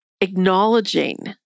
acknowledging